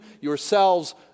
yourselves